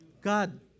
God